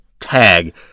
tag